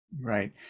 Right